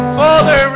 father